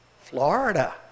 Florida